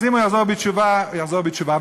אז אם הוא יחזור בתשובה, הוא יחזור בתשובה.